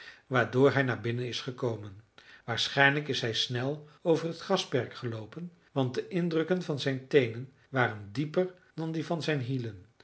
waardoor hij naar binnen is gekomen waarschijnlijk is hij snel over het grasperk geloopen want de indrukken van zijn teenen waren dieper dan die van zijn hielen